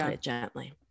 gently